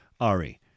Ari